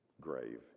grave